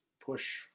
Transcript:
push